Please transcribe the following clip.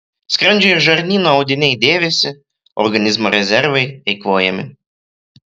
skrandžio ir žarnyno audiniai dėvisi organizmo rezervai eikvojami